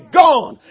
gone